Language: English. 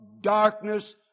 darkness